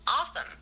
Awesome